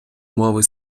мови